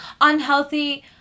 unhealthy